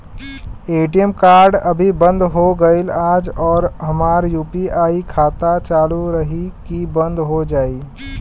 ATM card अभी बंद हो गईल आज और हमार यू.पी.आई खाता चालू रही की बन्द हो जाई?